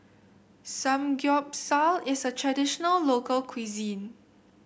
samgyeopsal is a traditional local cuisine